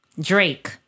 Drake